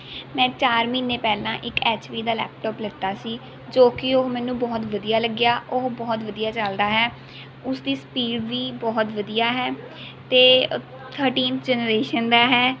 ਮੈਂ ਚਾਰ ਮਹੀਨੇ ਪਹਿਲਾਂ ਇੱਕ ਐੱਚ ਪੀ ਲੈੱਪਟੋਪ ਲਿੱਤਾ ਸੀ ਜੋ ਕਿ ਉਹ ਮੈਨੂੰ ਬਹੁਤ ਵਧੀਆ ਲੱਗਿਆ ਉਹ ਬਹੁਤ ਵਧੀਆ ਚੱਲਦਾ ਹੈ ਉਸਦੀ ਸਪੀਡ ਵੀ ਬਹੁਤ ਵਧੀਆ ਹੈ ਅਤੇ ਥਰਟੀਨ ਜਨਰੇਸ਼ਨ ਦਾ ਹੈ